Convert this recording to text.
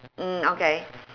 mm okay